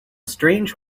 strange